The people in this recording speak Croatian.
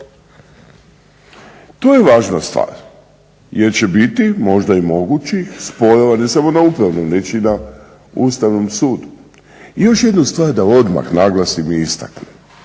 To je važna stvar. Jer će biti možda mogućih spojeva, ne samo na upravnom već i na Ustavnom sudu. I još jednu stvar da odmah naglasim i istaknem,